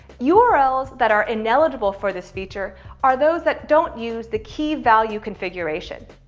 yeah urls that are ineligible for this feature are those that don't use the key value configuration.